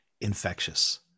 Infectious